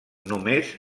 només